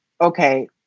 okay